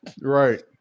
right